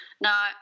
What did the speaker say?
Now